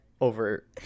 over